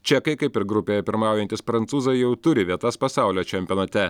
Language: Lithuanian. čekai kaip ir grupėje pirmaujantys prancūzai jau turi vietas pasaulio čempionate